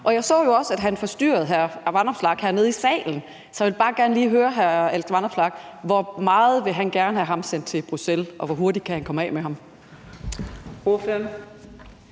og jeg så også, at han forstyrrede hr. Alex Vanopslagh hernede i salen. Så jeg vil bare gerne lige høre hr. Alex Vanopslagh: Hvor meget vil han gerne have ham sendt til Bruxelles, og hvor hurtigt kan han komme af med ham?